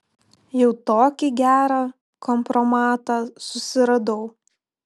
jau tokį gerą kompromatą susiradau